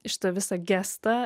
šitą visą gestą